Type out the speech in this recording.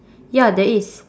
ya there is